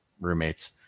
roommates